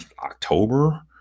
October